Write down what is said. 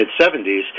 mid-'70s